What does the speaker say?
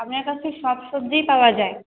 আপনার কাছে সব সবজিই পাওয়া যায়